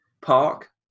park